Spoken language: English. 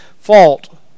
fault